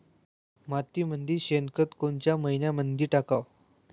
मातीमंदी शेणखत कोनच्या मइन्यामंधी टाकाव?